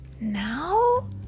Now